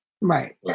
right